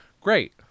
great